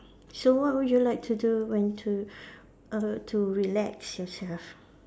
so what would you like to do when to err to relax yourself